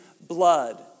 blood